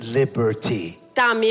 liberty